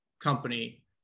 company